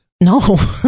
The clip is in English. No